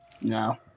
No